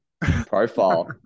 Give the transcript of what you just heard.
profile